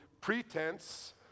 pretense